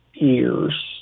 ears